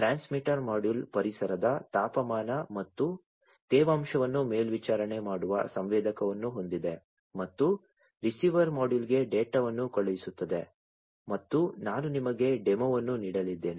transmitter module ಪರಿಸರದ ತಾಪಮಾನ ಮತ್ತು ತೇವಾಂಶವನ್ನು ಮೇಲ್ವಿಚಾರಣೆ ಮಾಡುವ ಸಂವೇದಕವನ್ನು ಹೊಂದಿದೆ ಮತ್ತು ರಿಸೀವರ್ ಮಾಡ್ಯೂಲ್ಗೆ ಡೇಟಾವನ್ನು ಕಳುಹಿಸುತ್ತದೆ ಮತ್ತು ನಾನು ನಿಮಗೆ ಡೆಮೊವನ್ನು ನೀಡಲಿದ್ದೇನೆ